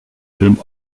film